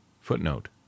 Footnote